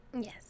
Yes